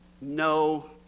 no